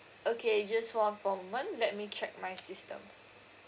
okay just hold on for a moment let me check my system